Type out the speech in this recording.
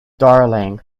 darling